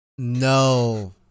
no